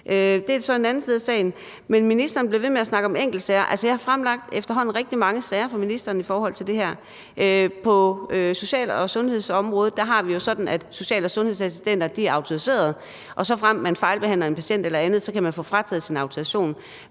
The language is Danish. Det er så en anden side af sagen. Men ministeren bliver ved med at snakke om enkeltsager. Jeg har efterhånden fremlagt rigtig mange sager for ministeren i forhold til det her. På social- og sundhedsområdet har vi det jo sådan, at social- og sundhedsassistenter er autoriseret, og såfremt man fejlbehandler en patient eller andet, kan man få frataget sin autorisation.